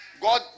God